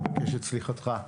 אני מבקש את סליחתך.